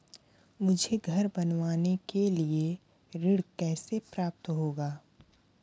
मुझे घर बनवाने के लिए ऋण कैसे प्राप्त होगा?